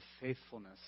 faithfulness